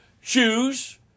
shoes